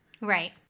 Right